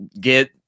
get